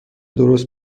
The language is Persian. درست